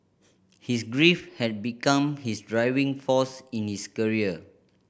his grief had become his driving force in his career